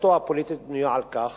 מחשבתו הפוליטית בנויה כך